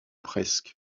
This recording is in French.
presque